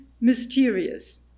mysterious